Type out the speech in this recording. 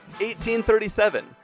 1837